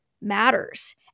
matters